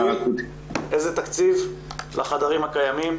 אקוטי --- מה התקציב השנתי לחדרים הקיימים?